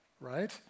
right